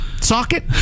Socket